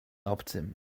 obcym